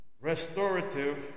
restorative